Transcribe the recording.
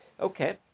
Okay